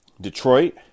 Detroit